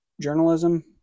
journalism